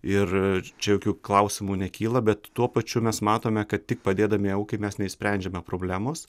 ir čia jokių klausimų nekyla bet tuo pačiu mes matome kad tik padėdami aukai mes neišsprendžiame problemos